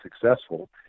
successful